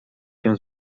się